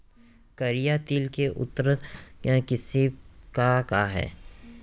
करिया तिलि के उन्नत किसिम का का हे?